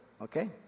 Okay